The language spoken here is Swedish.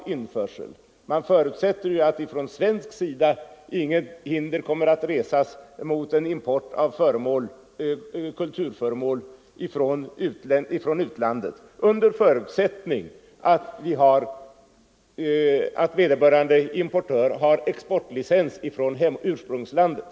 Man får väl förutsätta att från svensk sida inget hinder kommer att resas mot en import av kulturföremål från utlandet, under förutsättning att vederbörande importör har exportlicens från ursprungslandet.